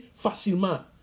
facilement